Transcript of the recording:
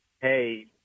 hey